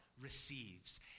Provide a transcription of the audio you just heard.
receives